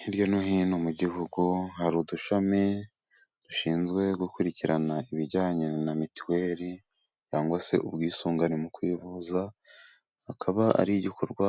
Hirya no hino mu gihugu， hari udushami dushinzwe gukurikirana ibijyanye na mitiweri，cyangwa se ubwisungane mu kwivuza，akaba ari igikorwa